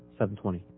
720